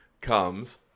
comes